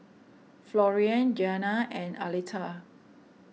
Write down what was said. Florian Giana and Arletta